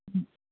ம்